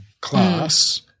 class